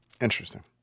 Interesting